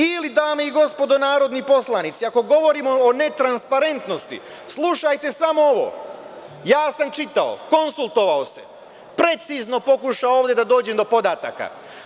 Ili, dame i gospodo narodni poslanici, ako govorimo o netransparentosti, slušajte samo ovo, ja sam čitao, konsultovao se, precizno pokušao ovde da dođem do podataka.